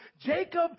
Jacob